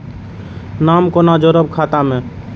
नाम कोना जोरब खाता मे